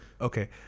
Okay